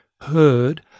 heard